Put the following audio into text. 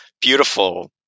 beautiful